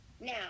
now